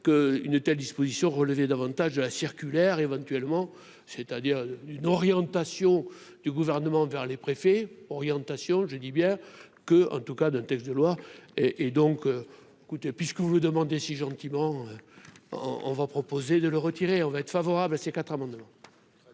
que une telle disposition relever davantage de la circulaire, éventuellement, c'est-à-dire une orientation du gouvernement vers les préfets, orientation, je dis bien que, en tout cas d'un texte de loi et et donc écoutez, puisque vous vous demandez si gentiment on on va proposer de le retirer, on va être favorable à ces quatre amendements.